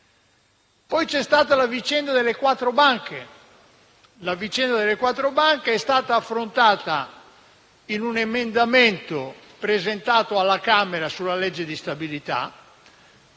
Poi c'è stata la vicenda delle quattro banche, che è stata affrontata in un emendamento presentato alla Camera alla legge di stabilità